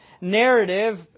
narrative